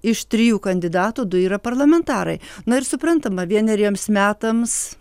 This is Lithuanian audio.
iš trijų kandidatų du yra parlamentarai na ir suprantama vieneriems metams